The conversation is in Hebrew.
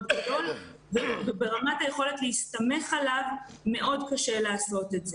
גדול וברמת היכולת להסתמך עליו מאוד קשה לעשות את זה.